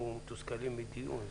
ברור שאנחנו מתפתחים לכיוון אינטרנט,